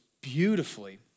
beautifully